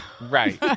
Right